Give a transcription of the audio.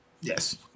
yes